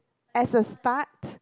as a start